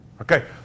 okay